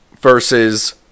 versus